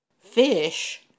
fish